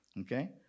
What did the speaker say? Okay